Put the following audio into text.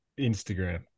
Instagram